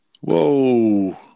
whoa